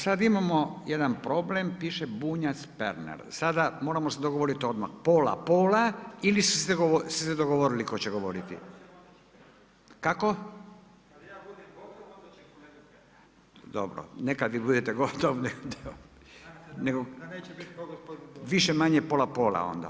Sada imamo jedan problem, piše Bunjac, Pernar, sada moramo se dogovoriti odmah pola pola ili ste se dogovorili tko će govoriti? … [[Upadica se ne čuje.]] Kako? [[Upadica Bunjac: Kada ja bude gotov, onda će kolega Pernar.]] Dobro, ne kada vi budete gotov. … [[Upadica se ne čuje.]] Nego više-manje pola, pola onda.